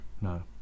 No